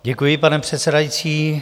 Děkuji, pane předsedající.